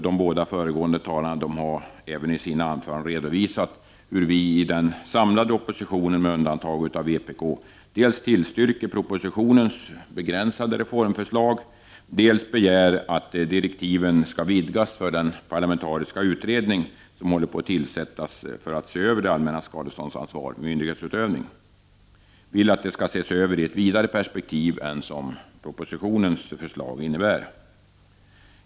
De båda föregående talarna, Allan Ekström och Bengt Harding Olson, har i sina anföranden redovisat hur vi i den samlade oppositionen med undantag av vpk dels tillstyrker propositionens begränsade reformförslag, dels begär att direktiven skall vidgas för den parlamentariska utredning som håller på att tillsättas för att se över det allmännas skadeståndsansvar vid myndighetsutövning. Vi vill att det skall ses över i ett vidare perspektiv än vad förslagen i propositionen innebär.